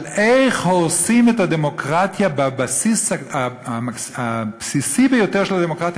על איך הורסים את הדמוקרטיה בבסיס הבסיסי ביותר של הדמוקרטיה,